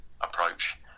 approach